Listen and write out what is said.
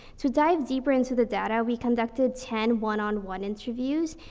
to dive deeper into the data, we conducted ten one on one interviews,